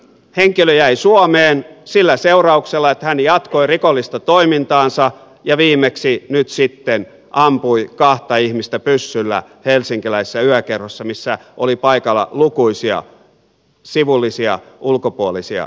henkilö jäi suomeen sillä seurauksella että hän jatkoi rikollista toimintaansa ja viimeksi nyt sitten ampui kahta ihmistä pyssyllä helsinkiläisessä yökerhossa missä oli paikalla lukuisia sivullisia ulkopuolisia ihmisiä